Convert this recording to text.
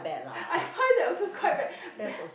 I find that I also quite bad